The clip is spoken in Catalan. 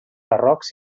barrocs